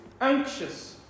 anxious